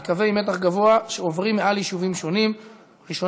שבעה תומכים, אין מתנגדים, אין נמנעים.